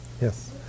yes